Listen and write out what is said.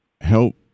help